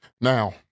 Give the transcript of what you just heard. Now